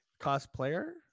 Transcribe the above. cosplayer